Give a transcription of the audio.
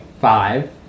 five